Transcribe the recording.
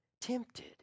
tempted